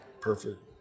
Perfect